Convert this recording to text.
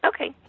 Okay